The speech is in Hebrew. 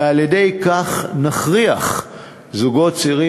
ועל-ידי כך נכריח זוגות צעירים,